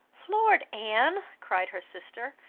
lord! anne, cried her sister,